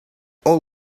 all